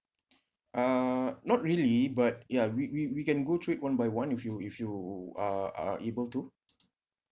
uh not really but ya we we we can go through it one by one if you if you are are able to